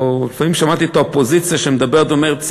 או לפעמים שמעתי את האופוזיציה שמדברת ואומרת,